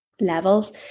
levels